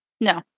No